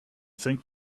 think